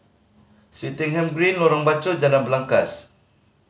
Swettenham Green Lorong Bachok Jalan Belangkas